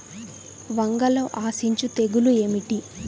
వంగలో ఆశించు తెగులు ఏమిటి?